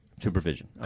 Supervision